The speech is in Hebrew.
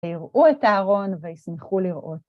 הראו את הארון וישמחו לראות.